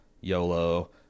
YOLO